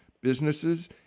businesses